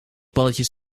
balletjes